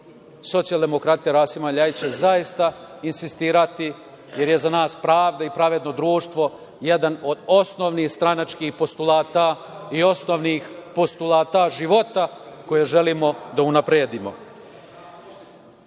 Socijaldemokratija Rasima Ljajića, zaista insistirati jer je za nas pravda i pravedno društvo jedan od osnovnih stranačkih postulata i osnovnih postulata života koje želimo da unapredimoJa